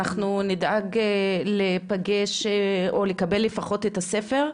אנחנו נדאג להיפגש או לקבל לפחות את הספר.